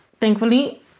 thankfully